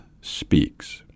speaks